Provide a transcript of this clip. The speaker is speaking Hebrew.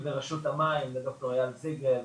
אני רוצה להשיב לראשות המים ד"ר אייל זיגל,